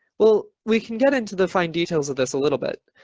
well, we can get into the fine details of this a little bit.